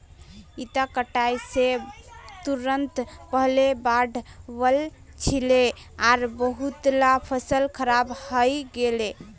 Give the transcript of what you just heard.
इता कटाई स तुरंत पहले बाढ़ वल छिले आर बहुतला फसल खराब हई गेले